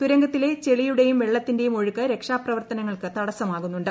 തുരങ്കുത്തിലെ ചെളിയുടെയും വെള്ളത്തിന്റെയും ഒഴുക്ക് രക്ഷാപ്രവർത്തനങ്ങൾക്ക് തടസമാകുന്നുണ്ട്